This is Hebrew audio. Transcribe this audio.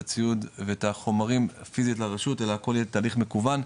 הציוד ואת החומרים פיזית לרשות אלא הכל יהיה תהליך מקוון,